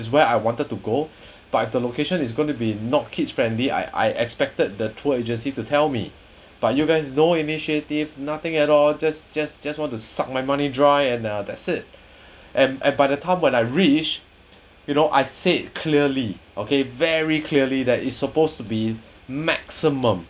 where I wanted to go but the location is gonna be not kids friendly I I expected the tour agency to tell me but you guys no initiative nothing at all just just just want to suck my money dry and ah that's it and and by the time when I reached you know I said clearly okay very clearly that is supposed to be maximum